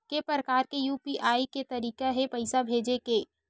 के प्रकार के यू.पी.आई के तरीका हे पईसा भेजे के?